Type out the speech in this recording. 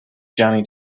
johnny